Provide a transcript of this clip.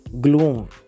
Gloom